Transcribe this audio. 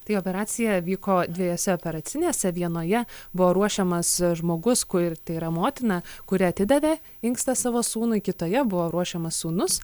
tai operacija vyko dviejose operacinėse vienoje buvo ruošiamas žmogus kur tai yra motina kuri atidavė inkstą savo sūnui kitoje buvo ruošiamas sūnus